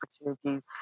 opportunities